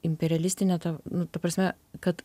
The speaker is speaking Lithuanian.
imperialistinė ta nu ta prasme kad